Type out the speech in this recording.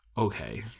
okay